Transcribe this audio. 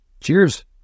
Cheers